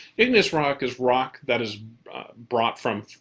igneous rock is rock that is brought from.